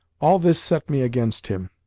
all this set me against him,